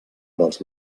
dels